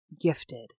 gifted